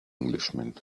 englishman